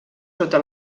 sota